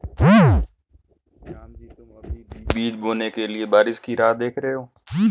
रामजी तुम अभी भी बीज बोने के लिए बारिश की राह देख रहे हो?